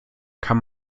kann